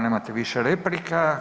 Nemate više replika.